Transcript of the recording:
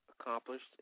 Accomplished